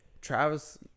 travis